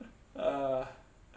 ah